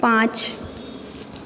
पाँच